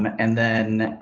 and then, ah,